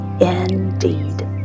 indeed